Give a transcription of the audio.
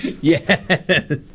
Yes